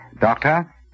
Doctor